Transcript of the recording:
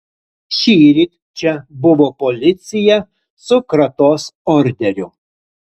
šįryt čia buvo policija su kratos orderiu